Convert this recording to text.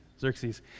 Xerxes